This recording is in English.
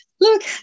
Look